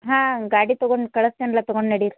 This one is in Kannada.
ಹಾಂ ಗಾಡಿ ತಗೊಂಡು ಕಳ್ಸ್ತಿನ್ಲ ತಗೊಂಡು ನಡೀರಿ